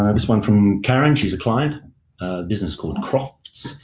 um this one from karen, she's a client, a business called croft.